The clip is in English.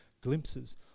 glimpses